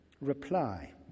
Reply